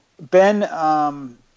Ben –